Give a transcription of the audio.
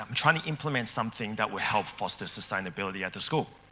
um try and implement something that would help foster sustainability at the school.